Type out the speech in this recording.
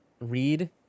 read